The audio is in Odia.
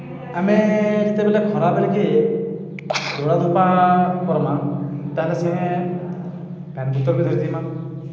ଆମେ ଯେତେବେଲେ ଖରା ବେଲ୍କେ ଦୌଡ଼ା ଧୁପା କର୍ମା ତା'ହେଲେ ସାଙ୍ଗେ ପାଏନ୍ ବୁତଲ୍ ବି ଧରିଥିମା